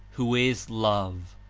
who is love,